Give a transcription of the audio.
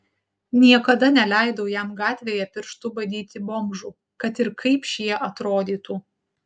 niekada neleidau jam gatvėje pirštu badyti bomžų kad ir kaip šie atrodytų